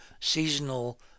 seasonal